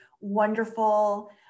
wonderful